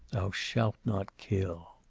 thou shalt not kill.